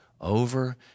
over